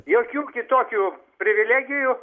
jokių kitokių privilegijų